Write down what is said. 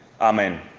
Amen